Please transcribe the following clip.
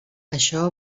això